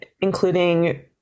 including